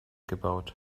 gebaut